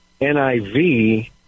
NIV